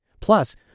Plus